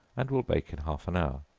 and will bake in half an hour.